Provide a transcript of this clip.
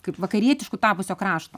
kaip vakarietišku tapusio krašto